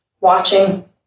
watching